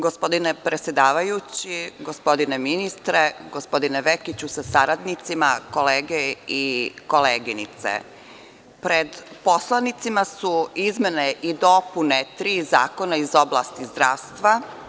Gospodine predsedavajući, gospodine ministre, gospodine Vekiću sa saradnicima, kolege i koleginice, pred poslanicima su izmene i dopune tri zakona iz oblasti zdravstva.